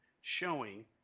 showing